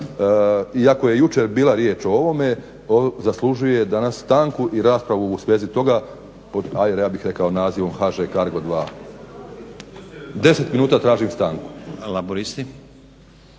iako je jučer bila riječ o ovome zaslužuje danas stanku i raspravu u svezi toga pod ajde ja bih rekao nazivom HŽ Cargo 2. 10 minuta tražim stanku.